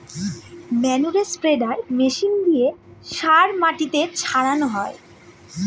ম্যানুরে spreader machine দিয়ে সার মাটিতে ছড়ানো হয়